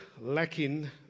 lacking